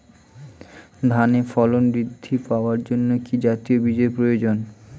ধানে ফলন বৃদ্ধি পাওয়ার জন্য কি জাতীয় বীজের প্রয়োজন?